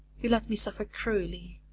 you let me suffer cruelly.